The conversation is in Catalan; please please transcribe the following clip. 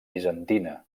bizantina